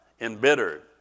embittered